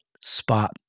spot